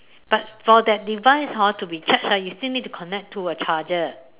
but for that device hor to be charged ah you still need to connect to a charger